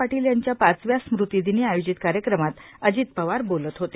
पाटील यांच्या पाचव्या स्मृतिदिनी आयोजित कार्यक्रमात अजित पवार बोलत होते